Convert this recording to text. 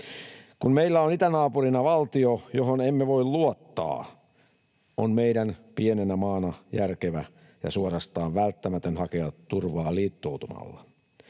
Kun meillä on itänaapurina valtio, johon emme voi luottaa, on meidän pienenä maana järkevää ja suorastaan välttämätöntä hakea turvaa liittoutumalla.